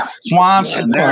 Swanson